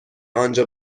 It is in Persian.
آنجا